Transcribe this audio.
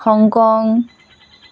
Hong Kong